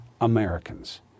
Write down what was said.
Americans